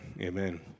amen